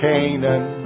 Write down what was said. Canaan